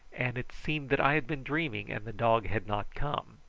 and it seemed that i had been dreaming and the dog had not come.